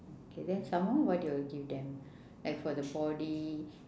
okay then some more what you will give them